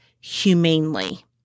humanely